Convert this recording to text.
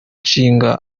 nshinga